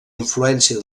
influència